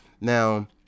now